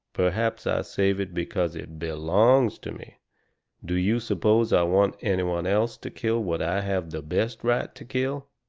perhaps i saved it because it belongs to me do you suppose i want any one else to kill what i have the best right to kill?